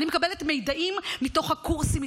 אני מקבלת מידעים מתוך הקורסים,